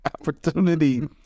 opportunity